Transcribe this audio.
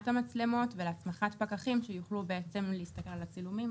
המצלמות ולהסמכת פקחים שיוכלו בעצם להסתכל על הצילומים